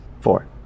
Four